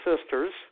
sisters